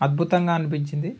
అద్భుతంగా అనిపించింది